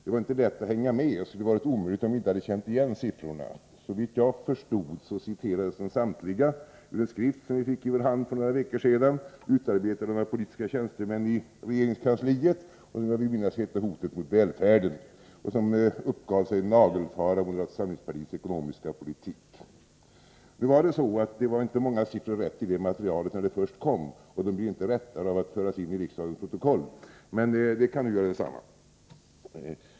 Det var inte lätt att hänga med, och det skulle ha varit omöjligt om vi inte hade känt igen siffrorna. Såvitt jag förstod togs samtliga ur en skrift som vi fick i vår hand för några veckor sedan, utarbetad av några politiska tjänstemän i regeringskansliet och som jag vill minnas heter Hotet mot välfärden. Skriften uppgav sig nagelfara moderata samlingspartiets ekonomiska politik. Nu var det inte många siffror i det materialet som var riktiga när de först kom, och de blir inte riktigare av att föras in i riksdagens protokoll. Men det kan göra detsamma.